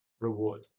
reward